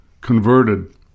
converted